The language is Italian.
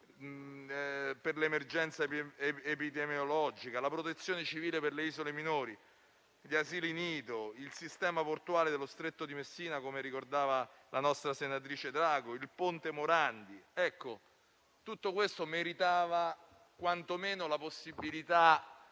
l'emergenza epidemiologica, la Protezione civile per le isole minori, gli asili nido, il sistema portuale dello Stretto di Messina - come ricordava la nostra senatrice Drago - il ponte Morandi. Meritavano quantomeno la possibilità